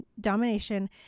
domination